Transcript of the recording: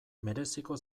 mereziko